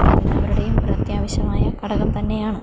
എല്ലാവരുടെയും അത്യാവശ്യമായ ഘടകം തന്നെയാണ്